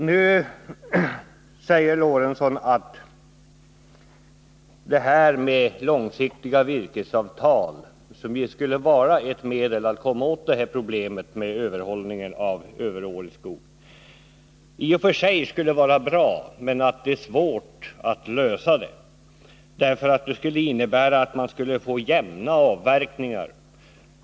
Nu säger Sven Eric Lorentzon att långsiktiga virkesavtal som ett medel att komma åt problemet med överhållningen av överårig skog i och för sig skulle vara bra men att det är svårt att genomföra dem i praktiken, därför att det skulle innebära att man skulle få jämna avverkningar.